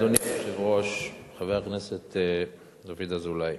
אדוני היושב-ראש, חבר הכנסת דוד אזולאי,